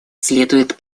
следует